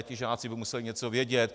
Ti žáci by museli něco vědět.